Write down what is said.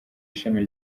ishami